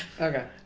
Okay